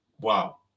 Wow